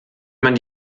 man